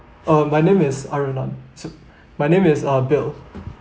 uh my name is so~ my name is uh bill